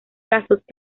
casos